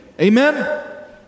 Amen